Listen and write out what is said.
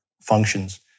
functions